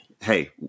Hey